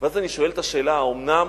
ואז אני שואל את השאלה: האומנם?